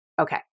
Okay